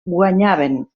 guanyaven